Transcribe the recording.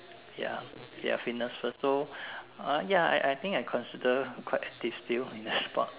ya ya fitness first so uh ya I I think I considered quite active still in the sport